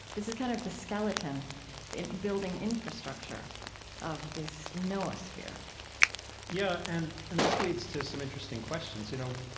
this is kind of the skeleton building infrastructure of this noosphere yeah, and and this leads to some interesting questions. you know,